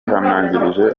yihanangirije